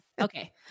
Okay